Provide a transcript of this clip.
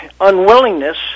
unwillingness